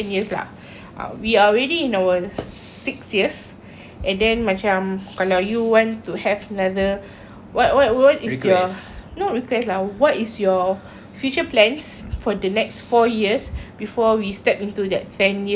six years and then macam kalau you want to have another what what what is your no request lah what is your future plans for the next four years before we step into that ten year punya anniversary ya